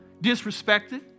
disrespected